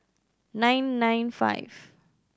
nine nine five